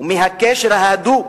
ומהקשר ההדוק